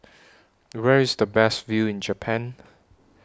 Where IS The Best View in Japan